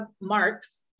marks